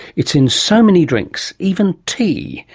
it's in so many drinks, even tea,